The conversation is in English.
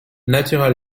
natural